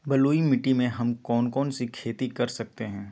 बलुई मिट्टी में हम कौन कौन सी खेती कर सकते हैँ?